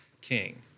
king